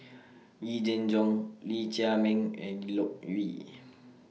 Yee Jenn Jong Lee Chiaw Meng and Loke Yew